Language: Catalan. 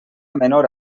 menor